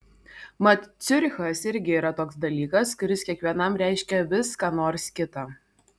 mat ciurichas irgi yra toks dalykas kuris kiekvienam reiškia vis ką nors kita